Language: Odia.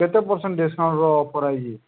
କେତେ ପର୍ସେଣ୍ଟ ଡିସ୍କାଉଣ୍ଟର ଅଫର୍ ଆଇଛେ